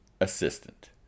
assistant